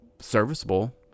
serviceable